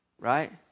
right